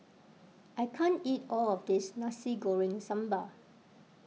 I can't eat all of this Nasi Goreng Sambal